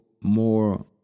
more